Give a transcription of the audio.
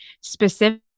specific